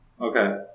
Okay